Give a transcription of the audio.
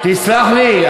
תסלח לי,